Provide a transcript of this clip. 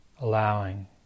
allowing